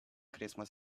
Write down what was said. christmas